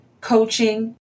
Coaching